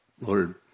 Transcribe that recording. Lord